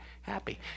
happy